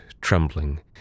trembling